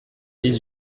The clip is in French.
dix